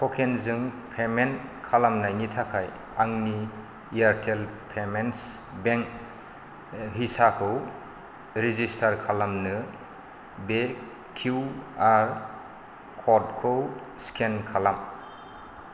ट'केनजों पेमेन्ट खालामनायनि थाखाय आंनि एयारटेल पेमेन्टस बेंक हिसाखौ रेजिस्टार खालामनो बे किउ आर क'डखौ स्केन खालाम